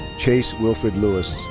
chayce wilfred lewis